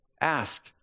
ask